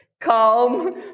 calm